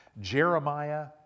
Jeremiah